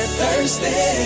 thirsty